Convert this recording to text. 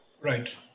Right